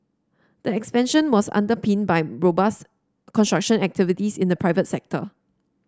the expansion was underpinned by robust construction activities in the private sector